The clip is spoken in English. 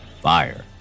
fire